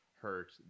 hurt